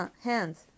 hands